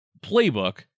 playbook